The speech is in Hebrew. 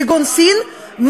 כגון סין,